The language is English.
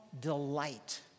delight